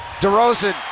DeRozan